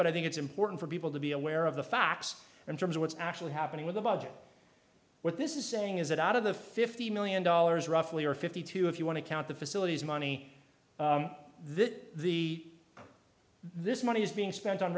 but i think it's important for people to be aware of the facts and terms of what's actually happening with the budget what this is saying is that out of the fifty million dollars roughly or fifty two if you want to count the facilities money this is the this money is being spent on